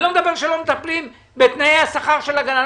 אני לא מדבר על כך שלא מטפלים בתנאי השכר של הגננות.